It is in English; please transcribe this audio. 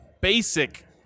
basic